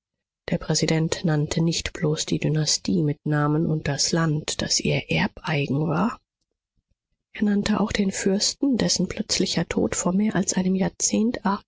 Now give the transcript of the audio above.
der präsident nannte nicht bloß die dynastie mit namen und das land das ihr erbeigen war er nannte auch den fürsten dessen plötzlicher tod vor mehr als einem